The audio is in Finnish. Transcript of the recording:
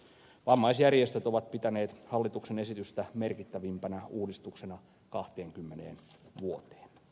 vammaisjärjestöt ovat pitäneet hallituksen esitystä merkittävimpänä uudistuksena kahteenkymmeneen vuoteen